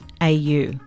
AU